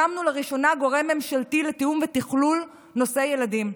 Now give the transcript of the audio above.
הקמנו לראשונה גורם ממשלתי לתיאום ותכלול נושא הילדים,